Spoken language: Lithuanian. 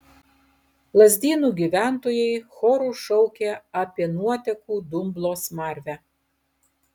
lazdynų gyventojai choru šaukė apie nuotekų dumblo smarvę